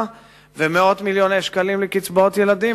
ומאות מיליוני שקלים לקצבאות ילדים,